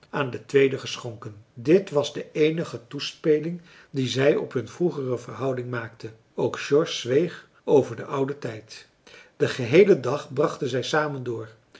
aan den tweede geschonken dit was de eenige toespeling die zij op hun vroegere verhouding maakte ook george zweeg over den ouden tijd marcellus emants een drietal novellen den geheelen dag brachten zij samen door